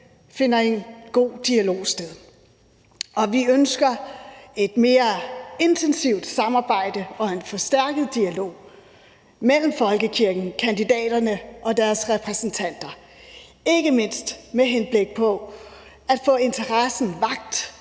finder en god dialog sted. Vi ønsker et mere intensivt samarbejde og en forstærket dialog mellem folkekirken, kandidaterne og deres repræsentanter, ikke mindst med henblik på at få interessen vakt